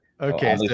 Okay